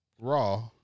Raw